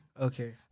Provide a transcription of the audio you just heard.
okay